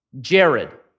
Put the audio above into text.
Jared